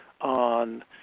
on